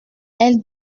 elle